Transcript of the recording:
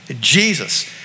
Jesus